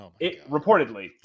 Reportedly